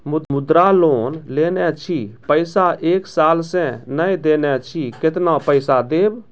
मुद्रा लोन लेने छी पैसा एक साल से ने देने छी केतना पैसा देब?